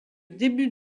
début